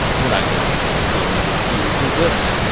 when i live in such a world of fools as this?